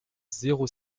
zéro